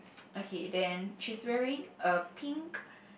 okay then she's wearing a pink